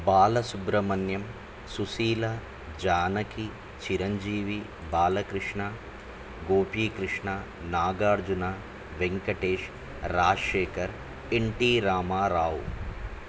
Balasubrahmanyam Susheela Janaki Chiranjeevi Balakrishna Gopikrishna Nagarjuna Venkatesh Rajasekhar NT Ramarao